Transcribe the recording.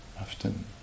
often